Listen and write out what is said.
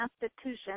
Constitution